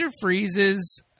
Freeze's